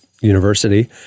university